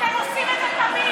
אתם עושים את זה תמיד.